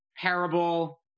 parable